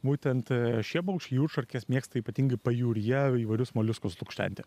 būtent šie paukščiai jūršarkės mėgsta ypatingai pajūryje įvairius moliuskus lukštenti